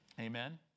Amen